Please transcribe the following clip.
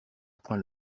point